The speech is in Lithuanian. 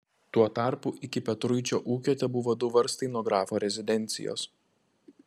tuo tarpu iki petruičio ūkio tebuvo du varstai nuo grafo rezidencijos